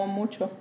mucho